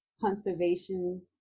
conservation